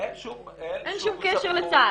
אין שום קשר לצה"ל.